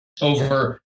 over